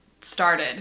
started